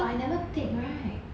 but I never take right